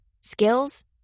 skills